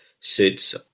suits